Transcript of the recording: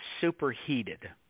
superheated